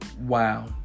Wow